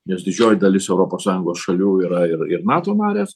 nes didžioji dalis europos sąjungos šalių yra ir ir nato narės